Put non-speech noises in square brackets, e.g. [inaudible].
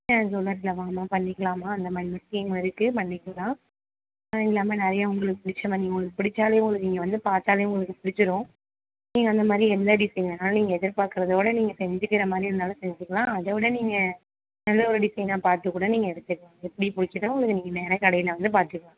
ஆ [unintelligible] வாங்கம்மா பண்ணிக்கலாம்மா அந்தமாதிரி டிசைனும் இருக்கு பண்ணிக்கலாம் அதுவும் இல்லாமல் நிறையா உங்களுக்கு பிடிச்ச மாதிரி நீங்கள் உங்களுக்கு பிடிச்சாலே உங்களுக்கு இங்கே வந்து பார்த்தாலே உங்களுக்கு பிடிச்சிரும் நீங்கள் அந்த மாதிரி எந்த டிசைன் வேணாலும் நீங்கள் எதிர் பாக்குறதை விட நீங்கள் செஞ்சுக்கிற மாதிரி இருந்தாலும் செஞ்சுக்கலாம் அதை விட நீங்கள் நல்ல ஒரு டிசைனாக பார்த்து கூட நீங்கள் எடுத்துக்கலாம் எப்படி பிடிக்கிதோ அதை நீங்கள் நேராக கடையில் வந்து பார்த்துக்கலாம்